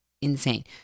insane